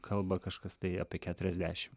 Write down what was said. kalba kažkas tai apie keturiasdešim